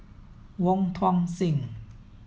Wong Tuang Seng